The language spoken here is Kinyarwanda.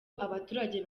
abaturage